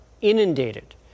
inundated